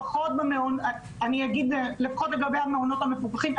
לפחות לגבי המעונות המפוקחים,